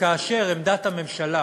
כאשר עמדת הממשלה